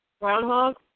Groundhog